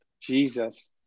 Jesus